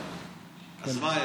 אז מה,